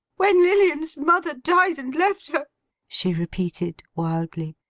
when lilian's mother died and left her she repeated, wildly.